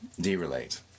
De-relate